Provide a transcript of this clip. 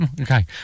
Okay